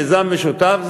מיזם ושותף,